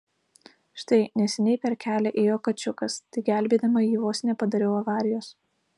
štai neseniai per kelią ėjo kačiukas tai gelbėdama jį vos nepadariau avarijos